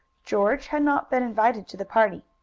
george had not been invited to the party,